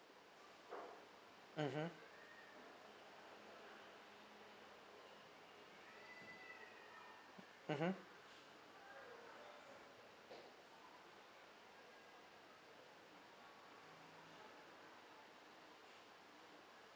mmhmm mmhmm